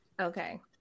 okay